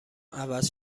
عوض